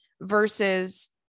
versus